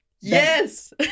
yes